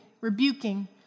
rebuking